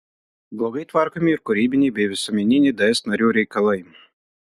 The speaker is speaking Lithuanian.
blogai tvarkomi ir kūrybiniai bei visuomeniniai ds narių reikalai